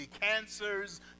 cancers